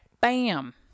Bam